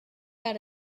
out